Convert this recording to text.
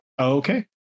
okay